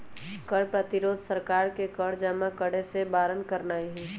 कर प्रतिरोध सरकार के कर जमा करेसे बारन करनाइ हइ